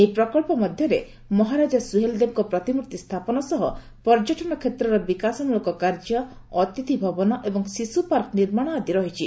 ଏହି ପ୍ରକଳ୍ପ ମଧ୍ୟରେ ମହାରାଜା ସୁହେଲ୍ଦେବଙ୍କ ପ୍ରତିମୂର୍ତ୍ତି ସ୍ଥାପନ ସହ ପର୍ଯ୍ୟଟନ କ୍ଷେତ୍ରର ବିକାଶମୂଳକ କାର୍ଯ୍ୟ ଅତିଥିଭବନ ଏବଂ ଶିଶୁ ପାର୍କ ନିର୍ମାଣ ଆଦି ରହିଛି